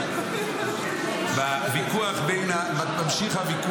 הוויכוח בין האחים ממשיך,